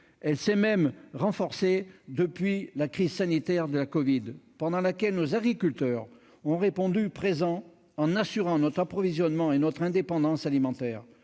elle s'est même renforcée avec la crise financière de la covid, durant laquelle nos agriculteurs ont répondu présents en assurant notre approvisionnement et notre indépendance alimentaires